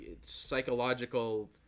psychological